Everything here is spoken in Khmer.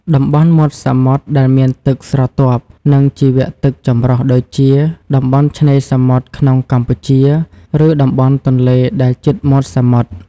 តំបន់មាត់សមុទ្រដែលមានទឹកស្រទាប់ និងជីវៈទឹកចម្រុះ ដូចជា តំបន់ឆ្នេរសមុទ្រក្នុងកម្ពុជា ឬតំបន់ទន្លេដែលជិតមាត់សមុទ្រ។